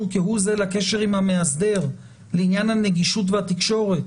כהוא זה לקשר עם המאסדר לעניין הנגישות והתקשורת,